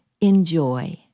enjoy